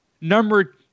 Number